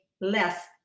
less